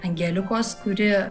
angeliukos kuri